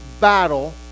battle